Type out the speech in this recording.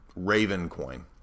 Ravencoin